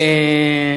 אדוני.